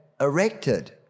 erected